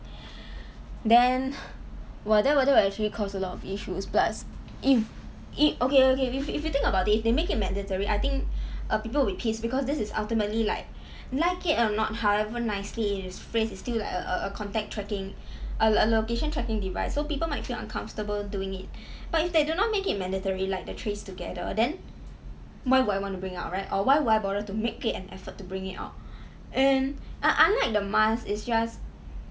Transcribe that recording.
then !wah! that will that will actually cause a lot of issues plus if if okay okay if if you think about it if they made it mandatory I think err people will be pissed because this is ultimately like like it or not however nicely it is phrased it's still like a a a contact tracking a a location tracking device so people might feel uncomfortable doing it but if they do not make it mandatory like the trace together then why would I want to bring it out right or why would I bother to make it an effort to bring it out and un~ unlike the masks it's just